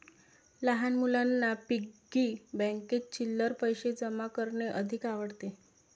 लहान मुलांना पिग्गी बँकेत चिल्लर पैशे जमा करणे अधिक आवडते